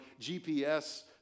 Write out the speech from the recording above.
GPS